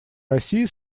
россии